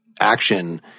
action